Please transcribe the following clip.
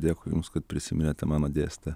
dėkui jums kad prisiminėte manodėstytoją